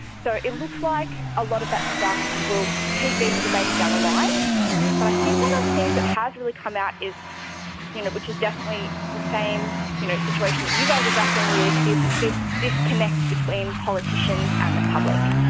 so it looks like a lot of that stuff will keep being debated down the line but i think one of the things that has really come out is you know, which is definitely the same, you know, situation that you guys are grappling with, is this disconnect between politicians and the public.